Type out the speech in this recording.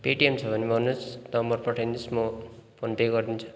Paytm छ भने भन्नुहोस् नम्बर पठाइदिनु होस् म फोन पे गरिदिन्छु